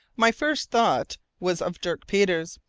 my first thought was of dirk peters,